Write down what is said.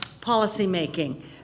policymaking